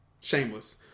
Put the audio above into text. Shameless